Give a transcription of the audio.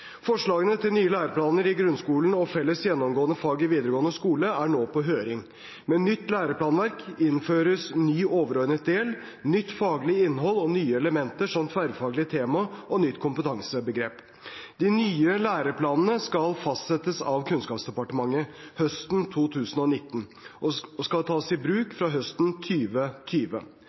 Forslagene til nye læreplaner i grunnskolen og felles gjennomgående fag i videregående skole er nå på høring. Med nytt læreplanverk innføres ny overordnet del, nytt faglig innhold og nye elementer som tverrfaglige tema og nytt kompetansebegrep. De nye læreplanene skal fastsettes av Kunnskapsdepartementet høsten 2019, og de skal tas i bruk fra høsten